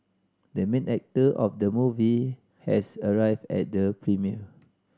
the main actor of the movie has arrived at the premiere